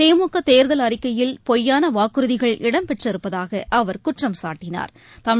திமுகதேர்தல் அறிக்கையில் பொய்யானவாக்குறுதிகள் இடம்பெற்றிருப்பதாகஅவா் குற்றம்சாட்டினாா்